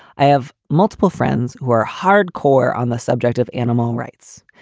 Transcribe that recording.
i have multiple friends who are hardcore on the subject of animal rights.